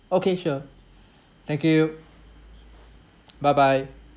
okay sure thank you bye bye